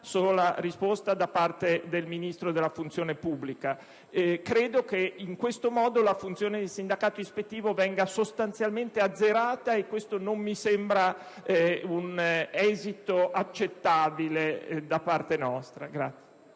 sola risposta da parte del Ministro per la pubblica amministrazione e l'innovazione. Credo che in questo modo la funzione del sindacato ispettivo venga sostanzialmente azzerata e questo non mi sembra un esito accettabile da parte nostra.